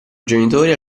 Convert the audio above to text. genitori